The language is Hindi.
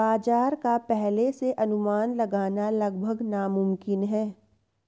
बाजार का पहले से अनुमान लगाना लगभग नामुमकिन होता है